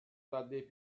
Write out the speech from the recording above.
dai